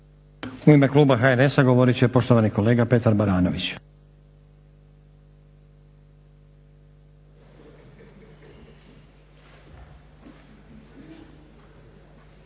U ime Kluba HNS-a govorit će poštovani kolega Petar Baranović.